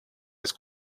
his